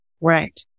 Right